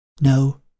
No